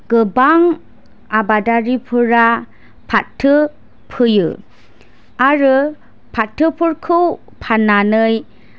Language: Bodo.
गोबां आबादारिफोरा फाथो फोयो आरो फाथोफोरखौ फाननानै